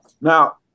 Now